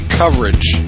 coverage